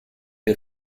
der